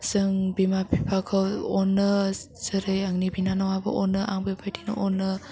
जों बिमा बिफाखौ अनो जेरै आंनि बिनानावबो अनो आं बेबायदिनो अनो